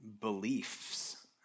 beliefs